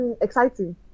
exciting